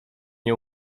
nie